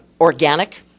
organic